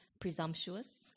presumptuous